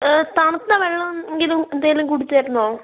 തണുത്തവെള്ളം എങ്കിലും എന്തെങ്കിലും കുടിച്ചിരുന്നോ